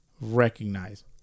recognize